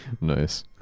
Nice